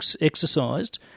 exercised